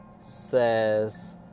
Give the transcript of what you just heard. says